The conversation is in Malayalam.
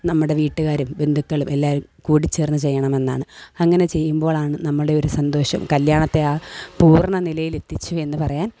നമ്മുടെ വീട്ടുകാരും ബന്ധുക്കളും എല്ലാവരും കൂടിച്ചേർന്ന് ചെയ്യണമെന്നാണ് അങ്ങനെ ചെയ്യുമ്പോഴാണ് നമ്മളുടെ ഒരു സന്തോഷം കല്യാണത്തെ ആ പൂർണ്ണ നിലയിലെത്തിച്ചു എന്ന് പറയാൻ